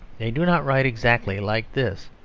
they do not write exactly like this,